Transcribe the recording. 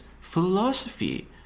philosophy